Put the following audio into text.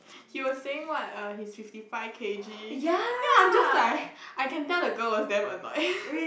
he was saying what err he is fifty five K_G then I'm just like I can tell the girl was damn annoyed